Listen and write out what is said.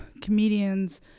comedians